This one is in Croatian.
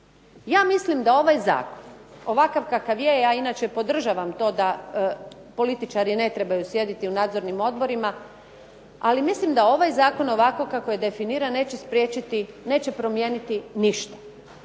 Ja mislim da ovaj zakon, ovakav kakav je, ja inače podržavam to da političari ne trebaju sjediti u nadzornim odborima, ali mislim da ovaj zakon ovako kako je definiran neće spriječiti, neće promijeniti ništa.